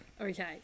Okay